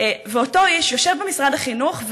ואותו איש יושב במשרד החינוך,